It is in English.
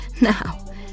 Now